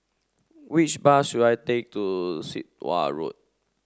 which bus should I take to Sit Wah Road